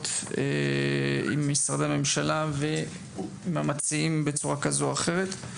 עם משרדי הממשלה ועם המציעים בצורה כזו או אחרת.